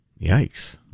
Yikes